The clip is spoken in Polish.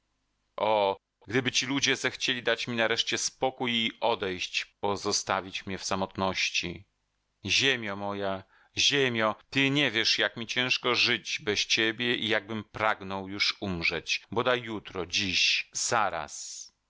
o gdyby ci ludzie zechcieli dać mi nareszcie spokój i odejść pozostawić mnie w samotności ziemio moja ziemio ty nie wiesz jak mi ciężko żyć bez ciebie i jakbym pragnął już umrzeć bodaj jutro dziś zaraz